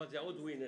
- עוד WIN אחד,